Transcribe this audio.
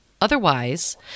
Otherwise